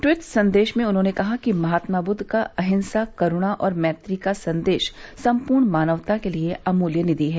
tweet संदेश में उन्होंने कहा कि महात्मा बुद्ध का अहिंसा करूणा और मैत्री का संदेश संपूर्ण मानवता के लिए अमूल्य निधि है